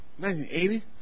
1980